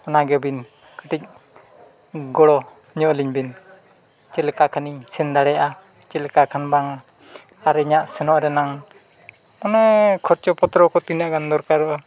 ᱚᱱᱟᱜᱮ ᱟᱵᱤᱱ ᱠᱟᱹᱴᱤᱡ ᱜᱚᱲᱚ ᱧᱚᱜ ᱟᱹᱞᱤᱧ ᱵᱤᱱ ᱪᱮᱫ ᱞᱮᱠᱟ ᱠᱷᱟᱱᱤᱧ ᱥᱮᱱ ᱫᱟᱲᱮᱭᱟᱜᱼᱟ ᱪᱮᱫ ᱞᱮᱠᱟ ᱠᱷᱟᱱ ᱵᱟᱝ ᱟᱨ ᱤᱧᱟᱹᱜ ᱥᱮᱱᱚᱜ ᱨᱮᱱᱟᱜ ᱠᱳᱱᱳ ᱠᱷᱚᱨᱪᱟ ᱯᱚᱛᱨᱚ ᱠᱚ ᱛᱤᱱᱟᱹᱜ ᱜᱟᱱ ᱫᱚᱨᱠᱟᱨᱚᱜᱼᱟ